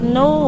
no